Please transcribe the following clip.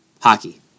hockey